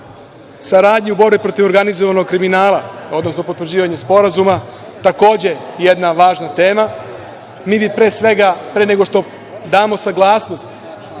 saradnji u borbi protiv organizovanog kriminala, odnosno potvrđivanje sporazuma, takođe jedna važna tema. Mi bi pre svega, pre nego što damo saglasnost